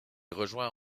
rejoint